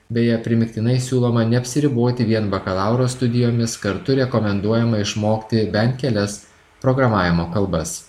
beje primygtinai siūloma neapsiriboti vien bakalauro studijomis kartu rekomenduojama išmokti bent kelias programavimo kalbas